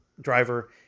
driver